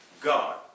God